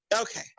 Okay